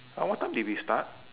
uh what time did we start